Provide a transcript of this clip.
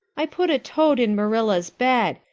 i put a toad in marilla's bed.